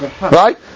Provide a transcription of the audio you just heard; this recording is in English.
right